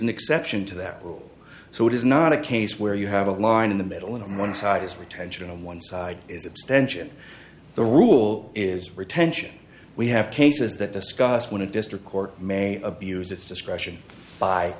an exception to that rule so it is not a case where you have a line in the middle and on one side is retention and one side is abstention the rule is retention we have cases that discuss when a district court may abuse its discretion